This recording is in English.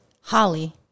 Holly